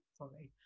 sorry